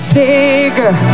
bigger